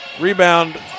Rebound